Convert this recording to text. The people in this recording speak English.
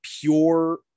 pure